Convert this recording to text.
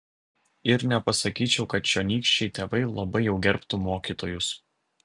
ir nepasakyčiau kad čionykščiai tėvai labai jau gerbtų mokytojus